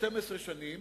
12 שנים,